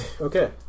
Okay